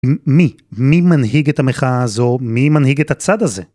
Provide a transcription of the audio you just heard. מי? מי מנהיג את המחאה הזו? מי מנהיג את הצד הזה?